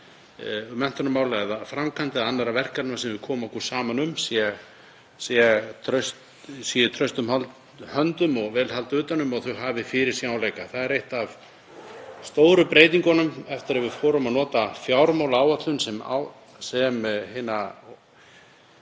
menntunar, eða framkvæmda eða annarra verkefna sem við komum okkur saman um, séu í traustum höndum og vel haldið utan um þau og þau hafi fyrirsjáanleika. Það er ein af stóru breytingunum eftir að við fórum að nota fjármálaáætlun sem hina